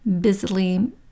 busily